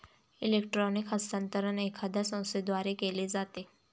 electronic हस्तांतरण एखाद्या संस्थेद्वारे केले जाते